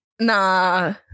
Nah